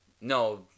No